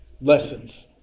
lessons